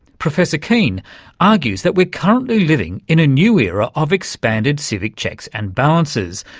professor keane argues that we're currently living in a new era of expanded civic checks and balances,